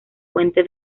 fuente